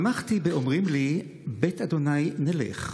שמחתי באמרים לי בית ה' נלך.